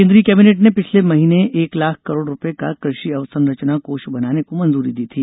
केंद्रीय कैबिनेट ने पिछले महीने एक लाख करोड़ रुपए का कृषि अवसंरचना कोष बनाने को मंजूरी दी थी